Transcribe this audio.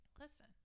listen